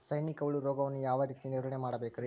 ಸೈನಿಕ ಹುಳು ರೋಗವನ್ನು ಯಾವ ರೇತಿ ನಿರ್ವಹಣೆ ಮಾಡಬೇಕ್ರಿ?